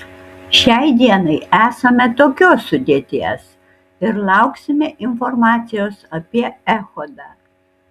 šiai dienai esame tokios sudėties ir lauksime informacijos apie echodą